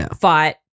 fought